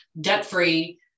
debt-free